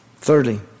Thirdly